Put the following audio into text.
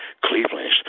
Cleveland